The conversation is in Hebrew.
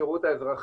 השירות האזרחי,